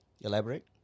Elaborate